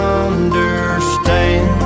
understand